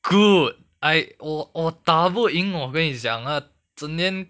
good I 我我打不赢我跟你讲 i~ 整天